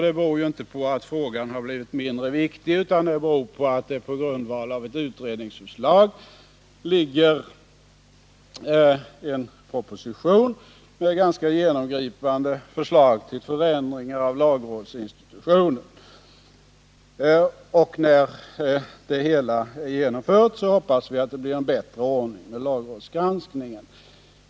Det beror inte på att frågan blivit mindre viktig utan på att det föreligger en proposition, på grundval av ett utredningsbetänkande, med ganska genomgripande förslag till ändringar av lagrådsinstitutet. När dessa förslag är genomförda hoppas vi att ordningen blir bättre vad gäller lagrådsgranskningen.